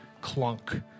clunk